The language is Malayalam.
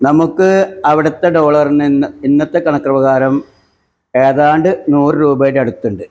നമുക്ക് അവിടുത്തെ ഡോളറിൽ നിന്ന് ഇന്നത്തെ കണക്കു പ്രകാരം ഏതാണ്ട് നൂറു രൂപയുടെ അടുത്തുണ്ട്